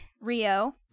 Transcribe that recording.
Rio